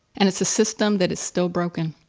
and it's a system that is still broken.